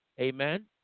Amen